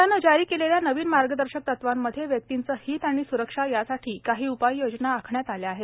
केंद्राने जारी केलेल्या नवीन मार्गदर्शक तत्वांमध्ये व्यक्तींचे हित आणि सुरक्षा यासाठी काही उपाययोजना आखण्यात आल्या आहेत